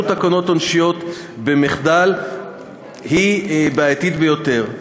תקנות עונשיות במחדל היא בעייתית ביותר,